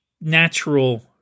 natural